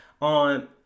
on